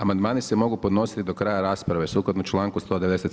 Amandmani se mogu podnositi do kraja rasprave sukladno čl. 197.